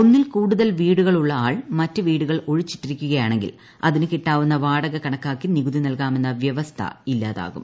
ഒന്നിൽ കൂടുതൽ വിടുകൾ ഉള്ള ആൾ മറ്റ് വീടുകൾ ഒഴിച്ചിട്ടിരിക്കുകയ്കാണെങ്കിൽ അതിന് കിട്ടാവുന്ന വാടക കണക്കാക്കി നികുതി നൽകാമെന്ന് വ്യവസ്ഥ ഇല്ലാതാകും